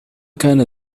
كان